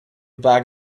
bag